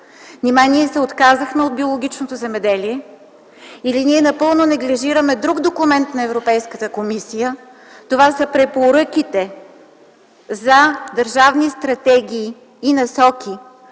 Нима ние се отказахме от биологичното земеделие? Или ние напълно неглижираме друг документ на Европейската комисия? Това са препоръките за държавни стратегии и насоки,